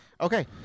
Okay